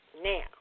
Now